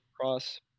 cross